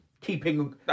keeping